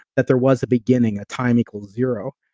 that there was a beginning, time equals zero.